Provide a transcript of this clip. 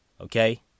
Okay